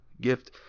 gift